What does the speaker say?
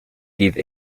give